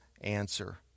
answer